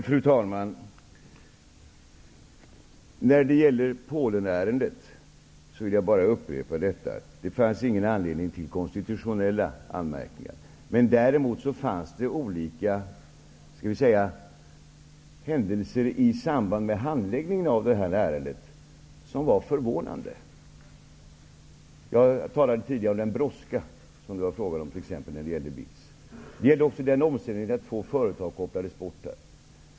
Fru talman! När det gäller Polenärendet vill jag bara upprepa att det inte fanns någon anledning till konstitutionella anmärkningar. Däremot fanns det olika, skall vi säga händelser i samband med handläggningen av ärendet som var förvånande. Jag talade tidigare om den brådska det var fråga om när det gällde BITS. Det gällde också den omständigheten att två företag kopplades bort.